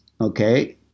Okay